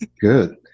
good